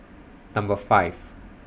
Number five